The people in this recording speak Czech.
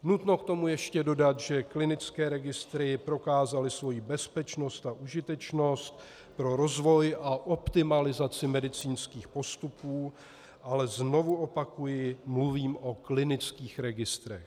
Nutno k tomu ještě dodat, že klinické registry prokázaly svoji bezpečnost a užitečnost pro rozvoj a optimalizaci medicínských postupů ale znovu opakuji, mluvím o klinických registrech.